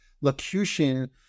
locution